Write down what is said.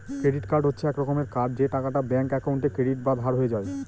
credit card হচ্ছে এক রকমের কার্ড যে টাকাটা ব্যাঙ্ক একাউন্টে ক্রেডিট বা ধার হয়ে যায়